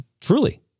truly